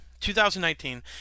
2019